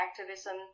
activism